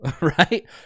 right